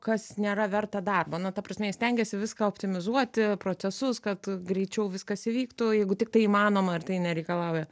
kas nėra verta darbo nu ta prasme jie stengiasi viską optimizuoti procesus kad greičiau viskas įvyktų jeigu tik tai įmanoma ir tai nereikalauja